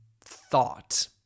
thought